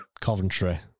Coventry